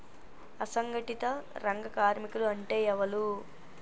అసంఘటిత రంగ కార్మికులు అంటే ఎవలూ?